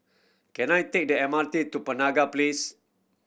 can I take the M R T to Penaga Place